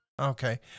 Okay